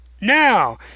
now